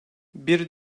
bir